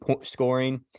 scoring